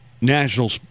National